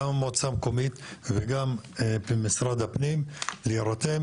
גם המועצה המקומית וגם ממשרד הפנים להירתם